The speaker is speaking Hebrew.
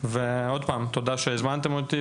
עבור ההזמנה.